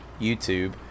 youtube